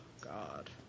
God